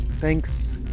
Thanks